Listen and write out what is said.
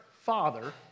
father